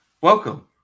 welcome